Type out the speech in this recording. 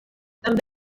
també